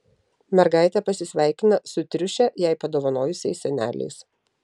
mergaitė pasisveikina su triušę jai padovanojusiais seneliais